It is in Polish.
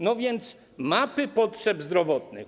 No więc mapy potrzeb zdrowotnych.